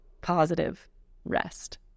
Positive-rest